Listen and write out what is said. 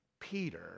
Peter